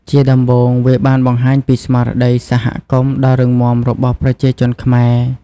ជាដំបូង វាបានបង្ហាញពីស្មារតីសហគមន៍ដ៏រឹងមាំរបស់ប្រជាជនខ្មែរ។